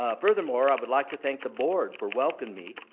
ah furthermore, i would like to thank the board for welcoming me,